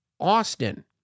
Austin